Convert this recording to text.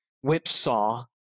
whipsaw